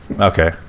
Okay